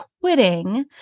quitting